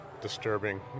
disturbing